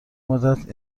مدت